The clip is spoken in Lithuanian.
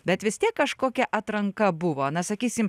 bet vis tiek kažkokia atranka buvo na sakysim